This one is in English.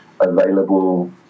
available